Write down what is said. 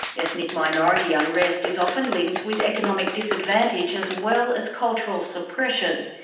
ethnic minority unrest is often linked with economic disadvantage as well as cultural suppression.